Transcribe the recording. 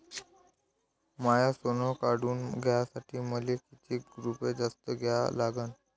माय सोनं काढून घ्यासाठी मले कितीक रुपये जास्त द्या लागन?